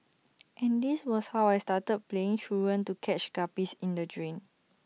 and this was how I started playing truant to catch guppies in the drain